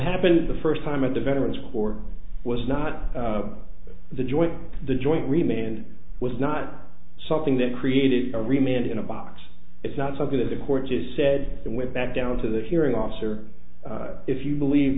happened the first time at the veterans court was not the joint the joint remained was not something that created a remand in a box it's not something that the court just said and went back down to the hearing officer if you believe